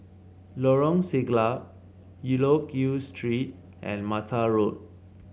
Lorong Siglap Loke Yew Street and Mata Road